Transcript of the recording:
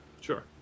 Sure